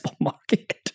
market